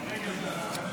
נתקבלו.